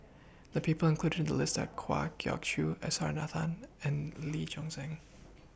The People included in The list Are Kwa Geok Choo S R Nathan and Lee Choon Seng